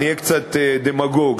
אני אהיה קצת דמגוג,